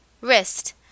Wrist